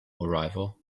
arrival